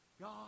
God